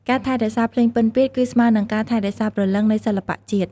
ការថែរក្សាភ្លេងពិណពាទ្យ គឺស្មើនឹងការថែរក្សាព្រលឹងនៃសិល្បៈជាតិ។